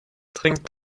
trinkt